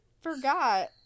forgot